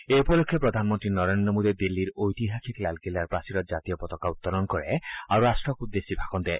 এই উপলক্ষে প্ৰধানমন্ত্ৰী নৰেন্দ্ৰ মোদীয়ে দিল্লীৰ ঐতিহাসিক লালকিল্লাৰ প্ৰাচীৰত জাতীয় পতাকা উত্তোলন কৰে আৰু ৰাট্টক উদ্দেশ্যি ভাষণ দিয়ে